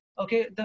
Okay